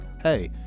Hey